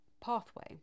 pathway